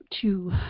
two